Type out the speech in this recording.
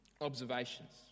observations